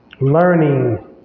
learning